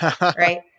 right